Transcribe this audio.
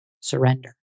Surrender